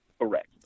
correct